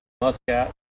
Muscat